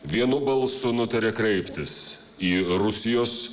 vienu balsu nutarė kreiptis į rusijos